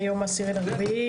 היום 10 באפריל 2022,